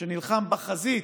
נלחם בחזית,